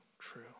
True